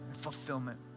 fulfillment